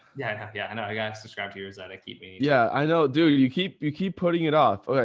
yeah yeah and i got subscribed to yours that i keep me. yeah i know, dude. you keep you keep putting it off. okay.